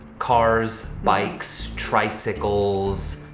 cars, bikes, tricycles.